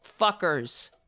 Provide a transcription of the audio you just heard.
fuckers